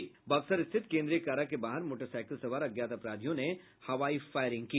बक्सर स्थित केन्द्रीय कारा के बाहर मोटरसाईकिल सवार अज्ञात अपराधियों ने हवाई फायरिंग की